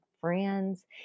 friends